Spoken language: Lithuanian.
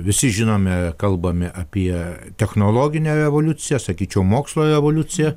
visi žinome kalbame apie technologinę revoliuciją sakyčiau mokslo revoliuciją